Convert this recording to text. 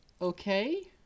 okay